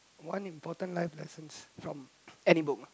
one important life lessons from any book